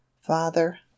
father